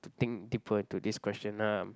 to think deeper into this question um